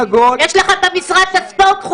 יש לך את משרד הספורט,